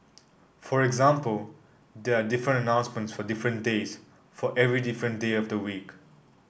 for example there are different announcements for different days for every different day of the week